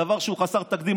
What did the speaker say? דבר שהוא חסר תקדים,